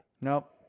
Nope